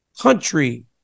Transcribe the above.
country